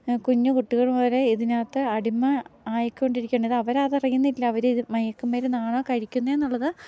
കുഞ്ഞു കുട്ടികൾ വരെ ഇതിനകത്ത് അടിമ ആയിക്കൊണ്ടിരിക്കണത് അവരതറിയുന്നില്ല അവരിത് മയക്കുമരുന്നാണോ കഴിക്കുന്നത് എന്നുള്ളത്